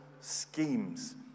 schemes